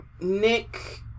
Nick